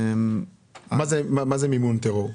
מה זה מימון טרור?